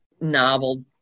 novel